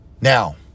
Now